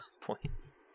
points